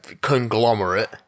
conglomerate